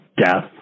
death